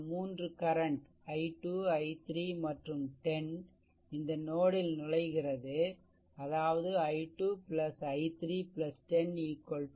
மூன்று current i2 i3 மற்றும் 10 இந்த நோட் ல் நுழைகிறது அதாவது i2 i3 10 0